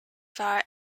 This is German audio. war